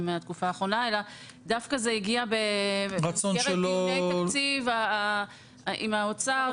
מהתקופה האחרונה אלא זה הגיע במסגרת דיוני התקציב עם האוצר.